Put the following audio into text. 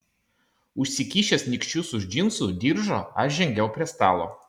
užsikišęs nykščius už džinsų diržo aš žengiau prie stalo